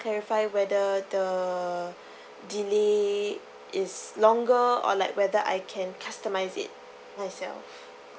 clarify whether the delay is longer or like whether I can customize it myself